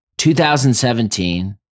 2017